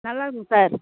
நல்லா இருக்கும் சார்